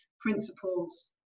principles